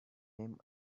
him